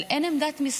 יוליה מלינובסקי.